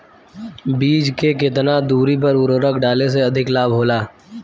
बीज के केतना दूरी पर उर्वरक डाले से अधिक लाभ होला?